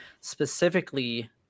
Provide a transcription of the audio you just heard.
specifically